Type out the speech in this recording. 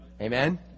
Amen